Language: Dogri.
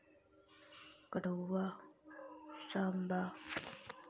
कठुआ साम्बा